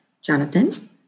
Jonathan